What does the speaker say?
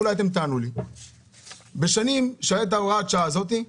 בשנים שהייתה בהן הוראת השעה הזאת,